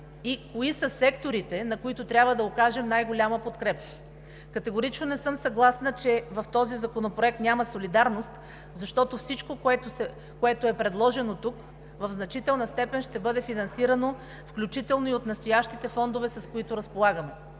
и кои са секторите, на които трябва да окажем най-голяма подкрепа. Категорично не съм съгласна, че в този законопроект няма солидарност, защото всичко, което е предложено тук, в значителна степен ще бъде финансирано, включително от настоящите фондове, с които разполагаме,